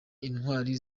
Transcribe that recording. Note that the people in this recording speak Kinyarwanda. intwari